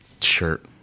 shirt